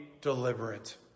deliberate